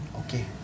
okay